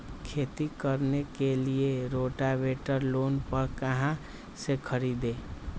खेती करने के लिए रोटावेटर लोन पर कहाँ से खरीदे?